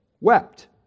wept